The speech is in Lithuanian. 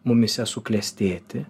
mumyse suklestėti